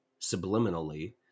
subliminally